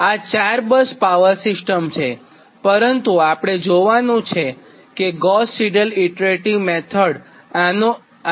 તો આ 4 bus power system છેપરંતુ આપણે જોવાનું છે કે કઈ રીતે ગોસ સિડલ ઈટરેટીવ મેથડ આને ઉકેલી શકે